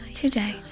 today